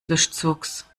löschzugs